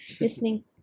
listening